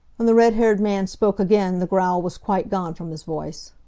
when the red-haired man spoke again the growl was quite gone from his voice.